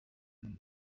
them